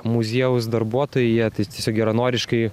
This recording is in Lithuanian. muziejaus darbuotojai jie tiesiog geranoriškai